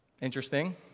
Interesting